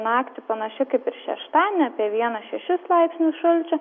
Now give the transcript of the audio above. naktį panaši kaip ir šeštadienį apie vieną šešis laipsnius šalčio